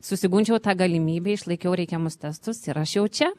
susigundžiau tą galimybę išlaikiau reikiamus testus ir aš jau čia